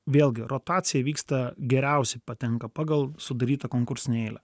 vėlgi rotacija vyksta geriausi patenka pagal sudarytą konkursinę eilę